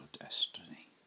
destiny